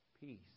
peace